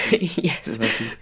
Yes